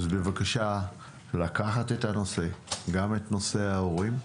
בבקשה לקחת את הנושא, וגם את נושא ההורים,